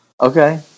okay